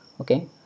Okay